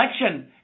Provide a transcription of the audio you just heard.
election